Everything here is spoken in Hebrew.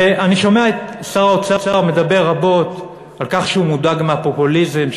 ואני שומע את שר האוצר מדבר רבות על כך שהוא מודאג מהפופוליזם,